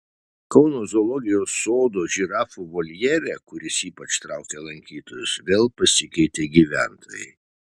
kauno zoologijos sodo žirafų voljere kuris ypač traukia lankytojus vėl pasikeitė gyventojai